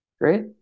Great